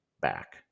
back